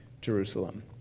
Jerusalem